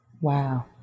Wow